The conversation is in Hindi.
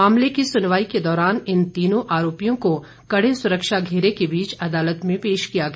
मामले की सुनवाई के दौरान इन तीनों आरोपियों को कड़े सुरक्षा घेरे के बीच अदालत में पेश किया गया